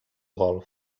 golf